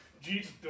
Jesus